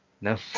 no